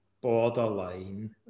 borderline